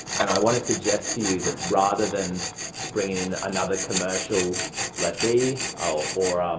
and i want to suggest to you that rather than bringing in another commercial lessee ah or